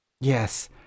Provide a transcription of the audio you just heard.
Yes